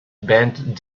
banned